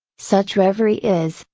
such reverie is,